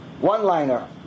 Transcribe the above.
one-liner